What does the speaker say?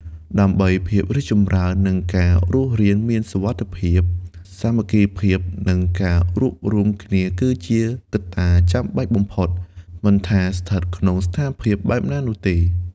ដើម្បីភាពរីកចម្រើន និងការរស់រានមានសុវត្ថិភាព សាមគ្គីភាព និងការរួបរួមគ្នាគឺជាកត្តាចាំបាច់បំផុត មិនថាស្ថិតក្នុងស្ថានភាពបែបណានោះទេ។